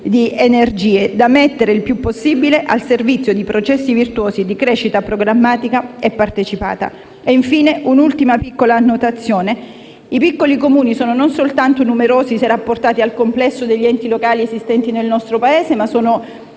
di energie, da mettere il più possibile al servizio di processi virtuosi di crescita programmatica e partecipata. Infine, un'ultima piccola annotazione: i piccoli Comuni sono numerosi, se rapportati al complesso degli enti locali esistenti nel nostro Paese, e